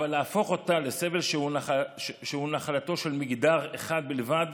אבל להפוך אותה לסבל שהוא נחלתו של מגדר אחד בלבד